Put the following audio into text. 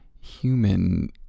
human